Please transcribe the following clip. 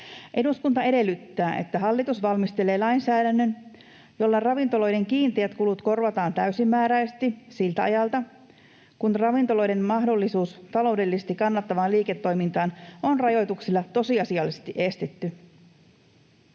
Eduskunta edellyttää, että hallitus valmistelee lainsäädännön, jolla ravintoloiden kiinteät kulut korvataan täysimääräisesti siltä ajalta, kun ravintoloiden mahdollisuus taloudellisesti kannattavaan liiketoimintaan on rajoituksilla tosiasiallisesti estetty.